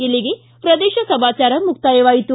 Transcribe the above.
ಇಲ್ಲಿಗೆ ಪ್ರದೇಶ ಸಮಾಚಾರ ಮುಕ್ತಾಯವಾಯಿತು